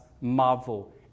marvel